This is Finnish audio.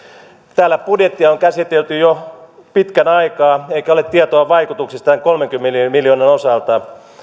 täällä budjettia on käsitelty jo pitkän aikaa eikä ole tietoa vaikutuksista tämän kolmenkymmenen miljoonan osalta